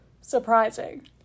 surprising